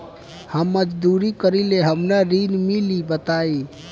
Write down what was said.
हम मजदूरी करीले हमरा ऋण मिली बताई?